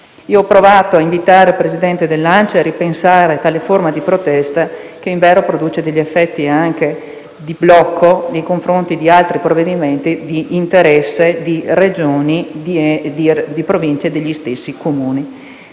Ho provato a invitare il Presidente dell'ANCI a ripensare a tale forma di protesta, che invero produce effetti anche di blocco nei confronti di altri provvedimenti d'interesse di Regioni, Province e degli stessi Comuni.